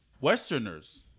Westerners